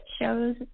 shows